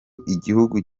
igihugu